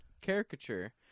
caricature